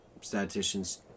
statisticians